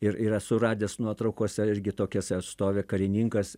ir yra suradęs nuotraukose irgi tokią atstovę karininkas